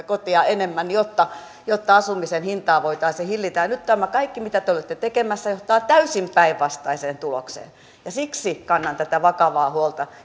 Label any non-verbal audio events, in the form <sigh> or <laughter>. <unintelligible> koteja jotta jotta asumisen hintaa voitaisiin hillitä ja nyt tämä kaikki mitä te olette tekemässä johtaa täysin päinvastaiseen tulokseen siksi kannan vakavaa huolta <unintelligible>